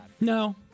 No